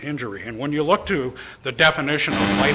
injury and when you look to the definition on